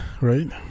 right